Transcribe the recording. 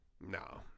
no